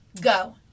Go